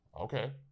okay